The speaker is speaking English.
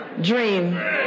dream